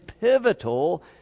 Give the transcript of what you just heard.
pivotal